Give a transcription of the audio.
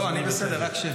--- ועם הארץ.